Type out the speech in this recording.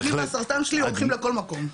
אני והסרטן שלי הולכים יחד לכל מקום.